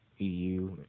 EU